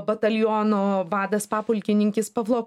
bataliono vadas papulkininkis pavlo